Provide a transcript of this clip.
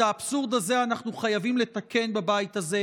את האבסורד הזה אנחנו חייבים לתקן בבית הזה.